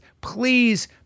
please